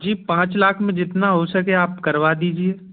जी पाँच लाख में जितना हो सके आप करवा दीजिए